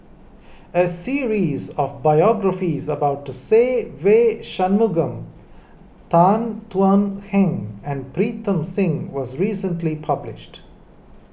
a series of biographies about Se Ve Shanmugam Tan Thuan Heng and Pritam Singh was recently published